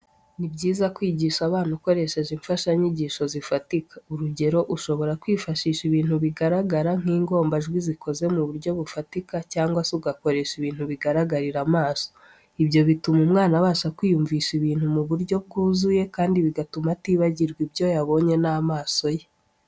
Ni byiza kwigisha abana ukoresheje imfashanyigisho z'ifatika. Urugero, ushobora kwifashisha ibintu bigaragara nk'ingombajwi zikoze mu buryo bufatika cyangwa se ugakoresha ibintu bigaragarira amaso. Ibyo bituma umwana abasha kwiyumvisha ibintu mu buryo bwuzuye, kandi bigatuma atibagirwa ibyo yabonye n'amaso ye.